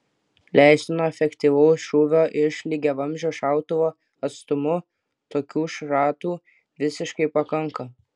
leistino efektyvaus šūvio iš lygiavamzdžio šautuvo atstumu tokių šratų visiškai pakanka